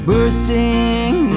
Bursting